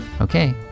Okay